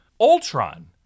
Ultron